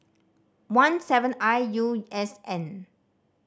one seven I U S N